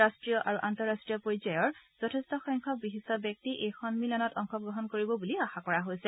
ৰাষ্টীয় আৰু আন্তঃৰাষ্টীয় পৰ্যায়ৰ যথেষ্টসংখ্যক বিশিষ্ট ব্যক্তি এই সন্মিলনত অংশগ্ৰহণ কৰিব বুলি আশা কৰা হৈছে